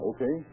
Okay